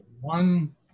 One